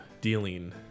dealing